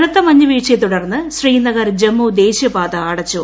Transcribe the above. കനത്ത മഞ്ഞ് വീഴ്ചയെ തുടർന്ന് ശ്രീനഗർ ജമ്മു ദേശീയ പാത അടച്ചു